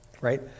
right